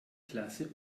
klasse